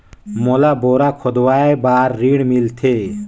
मोला बोरा खोदवाय बार ऋण मिलथे?